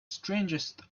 strangest